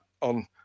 on